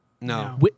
no